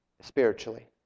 spiritually